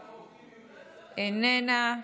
איננה,